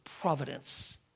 providence